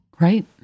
Right